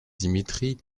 dimitri